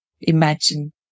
Imagine